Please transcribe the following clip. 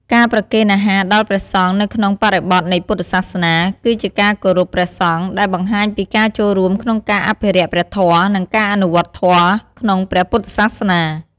ការប្រគេនអាហារដល់ព្រះសង្ឃនៅក្នុងបរិបទនៃពុទ្ធសាសនា គឺជាការគោរពព្រះសង្ឃ ដែលបង្ហាញពីការចូលរួមក្នុងការអភិរក្សព្រះធម៌ និងការអនុវត្តធម៌ក្នុងព្រះពុទ្ធសាសនា។